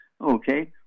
Okay